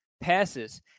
passes